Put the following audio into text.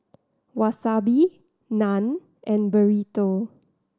Wasabi Naan and Burrito